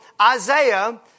Isaiah